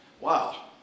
wow